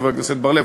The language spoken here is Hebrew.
חבר הכנסת בר-לב,